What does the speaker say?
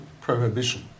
prohibition